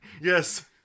Yes